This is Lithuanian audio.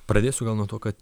pradėsiu gal nuo to kad